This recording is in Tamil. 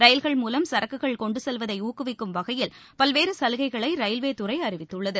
ரயில்கள் மூலம் சரக்குகள் கொண்டு செல்வதை ஊக்குவிக்கும் வகையில் பல்வேறு சலுகைகளை ரயில்வே துறை அறிவித்துள்ளது